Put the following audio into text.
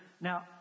now